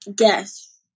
Yes